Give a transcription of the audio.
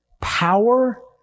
power